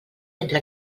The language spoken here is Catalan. entre